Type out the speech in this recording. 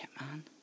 man